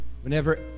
Whenever